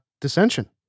dissension